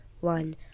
one